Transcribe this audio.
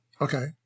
Okay